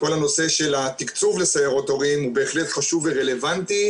כל הנושא של התקצוב לסיירות הורים הוא בהחלט חשוב ורלוונטי.